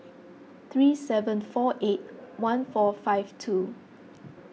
three seven four eight one four five two